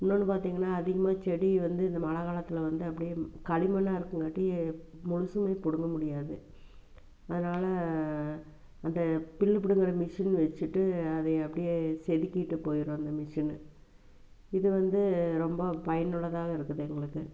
இன்னொன்று பார்த்திங்கனா அதிகமாக செடி வந்து இந்த மழை காலத்தில் வந்து அப்படியே களிமண்ணாக இருக்கங்காட்டி முழுதுமே பிடுங்க முடியாது அதனால் அந்த புல் பிடுங்குற மெஷினு வச்சிட்டு அதை அப்படியே செதுக்கிட்டு போயிடும் அந்த மெஷினு இது வந்து ரொம்ப பயனுள்ளதாக இருக்குது எங்களுக்கு